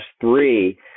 three